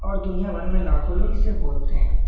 اور دنیا بھر میں لاکھوں لوگ اسے بولتے ہیں